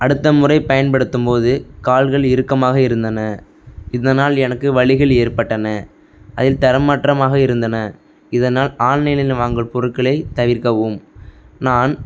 அடுத்த முறை பயன்படுத்தும் போது கால்கள் இறுக்கமாக இருந்தன இதனால் எனக்கு வலிகள் ஏற்பட்டன அதில் தரமற்றதாக இருந்தன இதனால் ஆன்லைனில் வாங்கும் பொருட்களை தவிர்க்கவும் நான்